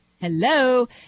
hello